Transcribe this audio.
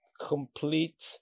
complete